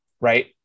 right